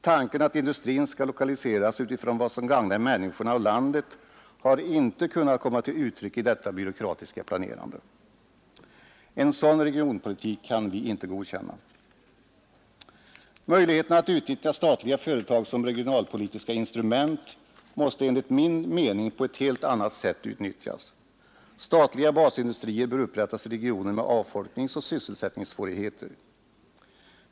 Tanken att industrin skall lokaliseras utifrån vad som gagnar människorna och landet har inte kunnat komma till uttryck i detta byråkratiska planerande. En sådan regionpolitik kan vi inte godkänna. Möjligheterna att utnyttja statliga företag som regionalpolitiska instrument måste enligt min mening utnyttjas på ett helt annat sätt. Statliga basindustrier bör upprättas i regioner med avfolkningsoch sysselsättningssvårigheter.